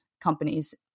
companies